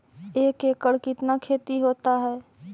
एक एकड़ कितना खेति होता है?